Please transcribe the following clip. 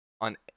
on